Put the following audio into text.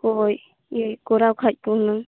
ᱠᱚᱭ ᱠᱚᱨᱟᱣ ᱠᱷᱟᱱ ᱠᱚ ᱦᱩᱱᱟᱹᱝ